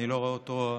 אני לא רואה אותו,